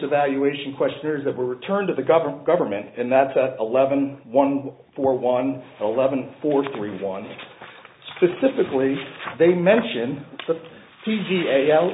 evaluation questionnaires that were returned to the government government and that's at eleven one for one eleven for three one specifically they mention the